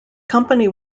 company